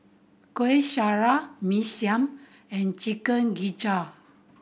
Kueh Syara Mee Siam and Chicken Gizzard